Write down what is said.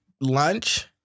lunch